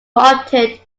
opted